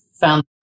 found